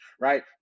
Right